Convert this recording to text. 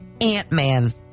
Ant-Man